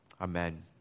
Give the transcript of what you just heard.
Amen